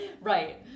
Right